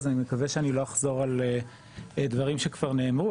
אז אני מקווה שאני לא אחזור על דברים שכבר נאמרו,